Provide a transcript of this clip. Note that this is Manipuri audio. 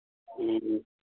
ꯎꯝ ꯎꯝ